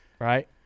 right